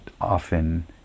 often